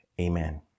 Amen